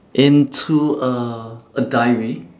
into a a diary